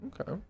Okay